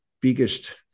biggest